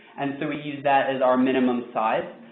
and so we use that as our minimum side.